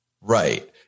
Right